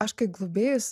aš kaip globėjus